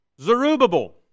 Zerubbabel